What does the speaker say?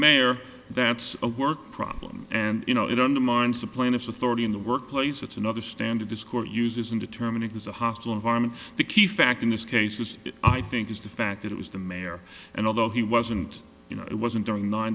mayor that's a work problem and you know it undermines the plaintiff's authority in the workplace that's another standard this court uses in determining who's a hostile environment the key fact in this case is i think is the fact that it was the mayor and although he wasn't you know it wasn't during nine